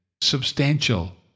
substantial